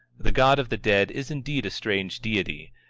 the god of the dead is indeed a strange deity,